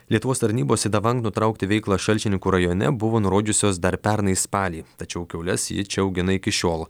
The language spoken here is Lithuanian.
lietuvos tarnybos idavang nutraukti veiklą šalčininkų rajone buvo nurodžiusios dar pernai spalį tačiau kiaules ji čia augina iki šiol